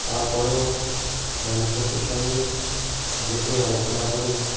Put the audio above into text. তারপরেও মালিকপক্ষের সঙ্গে বসে আলোচনা করে